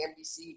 NBC